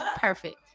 perfect